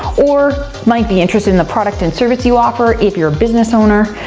or might be interested in the product and service you offer, if you're a business owner.